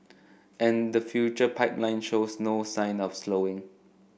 and the future pipeline shows no sign of slowing